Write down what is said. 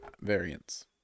variants